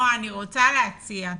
אני רוצה הציע.